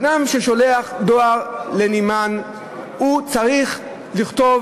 אדם ששולח דואר לנמען, צריך לכתוב